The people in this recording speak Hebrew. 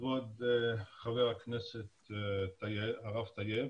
כבוד חבר הכנסת הרב טייב